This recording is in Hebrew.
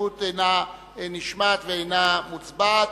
ההסתייגות אינה נשמעת ואינה מוצבעת.